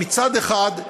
מצד אחד,